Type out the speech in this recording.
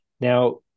Now